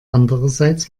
andererseits